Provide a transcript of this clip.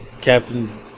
captain